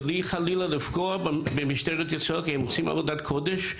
בלי חלילה לפגוע במשטרת ישראל כי היא עושה עבודת קודש,